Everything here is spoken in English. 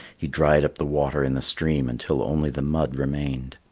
he dried up the water in the stream until only the mud remained.